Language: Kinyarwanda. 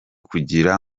kugira